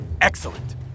Excellent